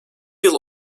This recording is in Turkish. yıl